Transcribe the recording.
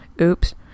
Oops